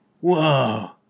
Whoa